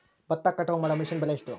ಭತ್ತ ಕಟಾವು ಮಾಡುವ ಮಿಷನ್ ಬೆಲೆ ಎಷ್ಟು?